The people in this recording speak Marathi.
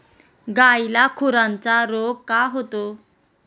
गायीला खुराचा रोग का होतो?